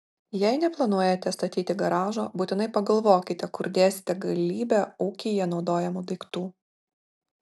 jei neplanuojate statyti garažo būtinai pagalvokite kur dėsite galybę ūkyje naudojamų daiktų